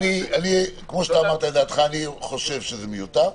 אני חושב שזה מיותר.